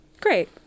Great